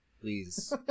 please